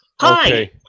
Hi